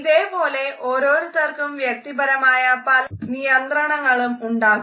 ഇതേ പോലെ ഓരോരുത്തർക്കും വ്യക്തിപരമായ പല നിയന്ത്രണങ്ങളും ഉണ്ടാകും